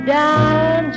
down